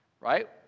right